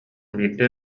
биирдэ